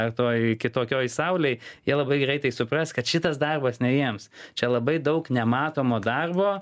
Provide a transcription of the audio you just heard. kitokioj saulėj jie labai greitai supras kad šitas darbas ne jiems čia labai daug nematomo darbo